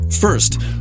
First